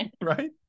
right